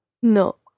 No